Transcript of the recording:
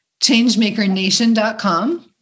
changemakernation.com